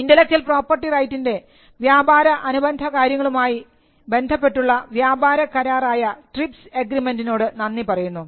intellectual property റൈറ്റിൻറെ വ്യാപാര അനുബന്ധ കാര്യങ്ങളുമായി ബന്ധപ്പെട്ടുള്ള വ്യാപാരക്കരാർ ആയ ട്രിപ്സ് എഗ്രിമെൻറിനോട് നന്ദി പറയുന്നു